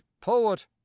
poet